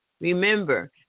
Remember